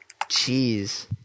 Jeez